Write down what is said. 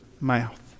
mouth